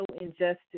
injustice